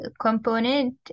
component